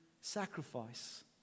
sacrifice